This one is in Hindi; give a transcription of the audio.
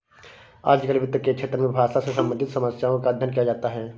आजकल वित्त के क्षेत्र में भाषा से सम्बन्धित समस्याओं का अध्ययन किया जाता है